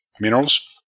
minerals